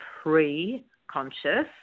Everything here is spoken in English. pre-conscious